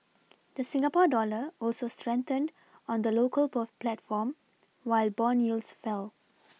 the Singapore dollar also strengthened on the local plot platform while bond yields fell